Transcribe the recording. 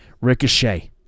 Ricochet